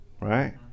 Right